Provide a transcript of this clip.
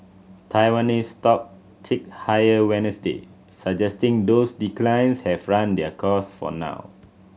Taiwanese stock ticked higher Wednesday suggesting those declines have run their course for now